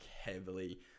heavily